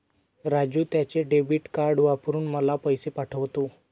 राजू त्याचे debit card वापरून मला पैसे पाठवतो